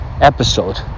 episode